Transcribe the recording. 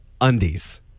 undies